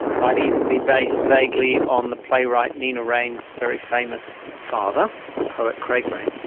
might even be based vaguely on the playwright nina raine's very famous father, the poet craig raine.